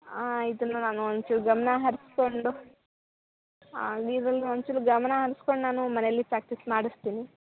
ಇದನ್ನ ನಾನು ಒಂಚೂರು ಗಮನ ಹರಿಸ್ಕೊಂಡು ಹಾಂ ಇದನ್ನ ಒಂಚೂರು ಗಮನ ಹರ್ಸ್ಕೊಂಡು ನಾನು ಮನೇಲ್ಲಿ ಪ್ರ್ಯಾಕ್ಟಿಸ್ ಮಾಡಿಸ್ತೀನಿ